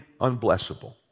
unblessable